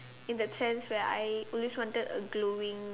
in that sense where I always wanted a glowing